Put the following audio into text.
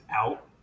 out